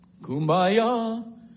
Kumbaya